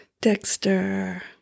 Dexter